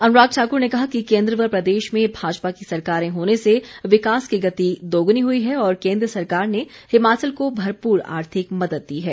अनुराग ठाकुर ने कहा कि केन्द्र व प्रदेश में भाजपा की सरकारें होने से विकास की गति दोगुनी हुई है और केन्द्र सरकार ने हिमाचल को भरपूर आर्थिक मदद दी है